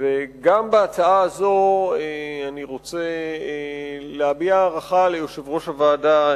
וגם הפעם אביע הערכה ליושב-ראש הוועדה,